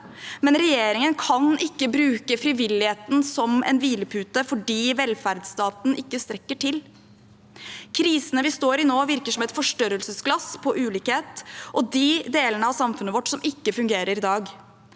men regjeringen kan ikke bruke frivilligheten som en hvilepute fordi velferdsstaten ikke strekker til. Krisene vi står i nå, virker som et forstørrelsesglass på ulikhet og de delene av samfunnet vårt som ikke fungerer i dag.